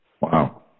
Wow